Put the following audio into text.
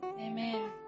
Amen